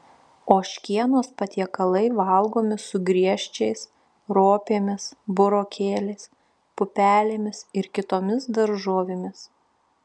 ožkienos patiekalai valgomi su griežčiais ropėmis burokėliais pupelėmis ir kitomis daržovėmis